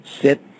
sit